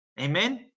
Amen